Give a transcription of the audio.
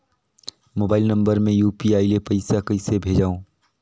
Mobile number मे UPI ले पइसा कइसे भेजवं?